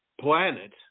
planet